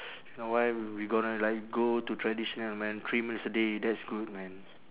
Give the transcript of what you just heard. you know why we gonna like go to traditional man three meals a day that's good man